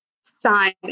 sign